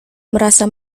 merasa